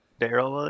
Daryl